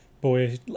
boy